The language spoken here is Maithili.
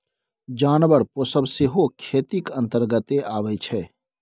जानबर पोसब सेहो खेतीक अंतर्गते अबै छै